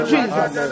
Jesus